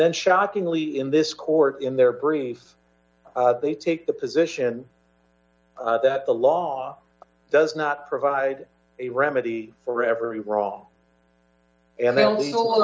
then shockingly in this court in their briefs they take the position that the law does not provide a remedy for every wrong and they